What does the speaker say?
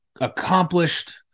accomplished